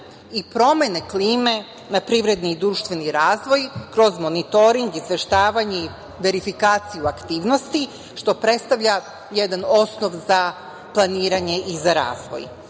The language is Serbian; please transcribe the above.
i promene klime na privredni društveni razvoj kroz monitoring, izveštavanje i verifikaciju aktivnosti, što predstavlja jedan osnov za planiranje i za